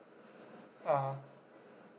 (uh huh)